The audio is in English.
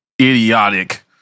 idiotic